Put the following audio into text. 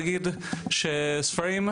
להגיד שספרים,